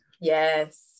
Yes